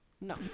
no